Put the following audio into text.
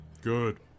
good